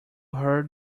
heard